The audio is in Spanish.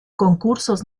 concursos